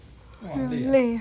很累啊